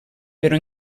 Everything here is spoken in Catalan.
però